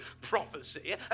prophecy